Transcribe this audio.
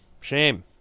shame